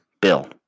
Bill